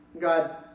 God